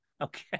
Okay